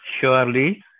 Surely